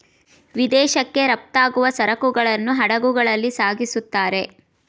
ವಿದೇಶಕ್ಕೆ ರಫ್ತಾಗುವ ಸರಕುಗಳನ್ನು ಹಡಗುಗಳಲ್ಲಿ ಸಾಗಿಸುತ್ತಾರೆ